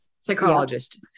psychologist